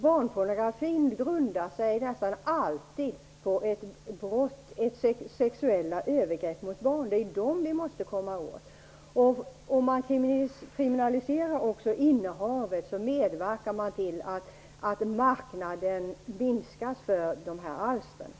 Barnpornografi grundar sig nästan alltid på ett brott, sexuella övergrepp mot barn. Det är de brotten vi måste komma åt. Vid en kriminalisering av innehav medverkar man till att marknaden minskas för dessa alster.